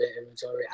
inventory